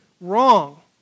wrong